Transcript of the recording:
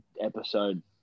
episode